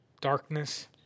darkness